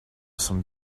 some